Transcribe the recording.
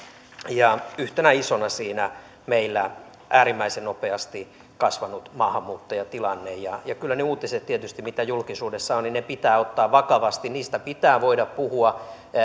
ja yhtenä isona asiana siinä meillä on äärimmäisen nopeasti kasvanut maahanmuuttajatilanne kyllä ne uutiset tietysti mitä julkisuudessa on pitää ottaa vakavasti niistä pitää voida puhua